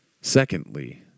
Secondly